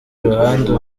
ruhande